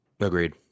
Agreed